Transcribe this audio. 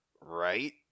Right